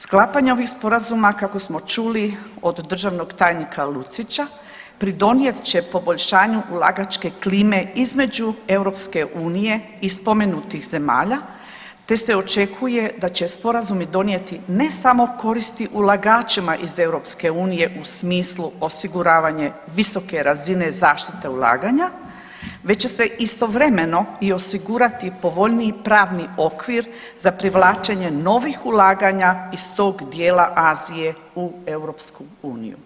Sklapanje ovih sporazuma kako smo čuli od državnog tajnika Lucića pridonijet će poboljšanju ulagačke klime između EU i spomenutih zemalja, te se očekuje da će sporazumi donijeti ne samo koristi ulagačima iz EU u smislu osiguravanje visoke razine zaštite ulaganja već će se istovremeno i osigurati povoljniji pravni okvir za privlačenje novih ulaganja iz tog dijela Azije u EU.